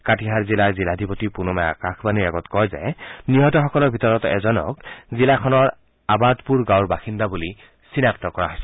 কাটিহাৰ জিলাৰ জিলাধিপতি পুনমে আকাশবাণীৰ আগত কয় যে নিহতসকলৰ ভিতৰত এজনক জিলাখনৰ আবাদপূৰ গাঁৱৰ বাসিন্দা বুলি চিনাক্ত কৰা হৈছে